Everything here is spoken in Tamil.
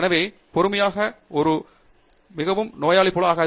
தங்கிராலா எனவே பொறுமையாக இருங்கள் ஒரு நோயாளி ஆகாதீர்கள்